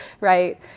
right